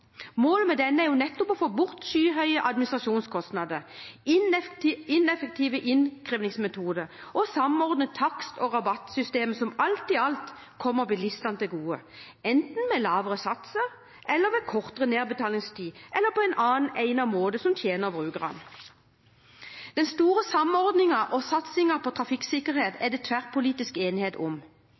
Målet med denne er nettopp å få bort skyhøye administrasjonskostnader og ineffektive innkrevingsmetoder og samordne takst- og rabattsystemer som alt i alt kommer bilistene til gode, enten med lavere satser, med kortere nedbetalingstid eller på en annen egnet måte som tjener brukerne. Den store samordningen og satsingen på trafikksikkerhet er det tverrpolitisk enighet om.